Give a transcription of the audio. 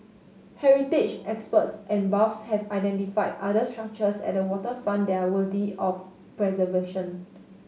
heritage experts and buffs have identified other structures at the waterfront that are worthy of preservation